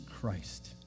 Christ